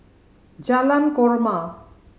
Jalan Korma